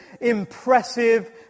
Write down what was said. impressive